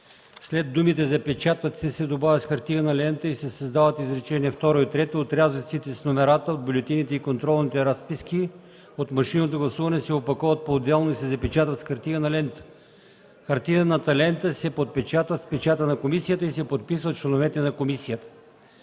след думите „запечатват се” да се добави „с хартиена лента” и да се създадат изречение второ и трето: „Отрязъците с номерата от бюлетините и контролните разписки от машинното гласуване се опаковат поотделно и се запечатват с хартиена лента. Хартиената лента се подпечатва с печата на комисията и се подписва от членове на комисията”.